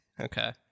okay